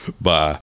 Bye